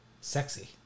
sexy